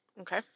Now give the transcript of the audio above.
Okay